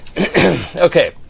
Okay